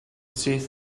syth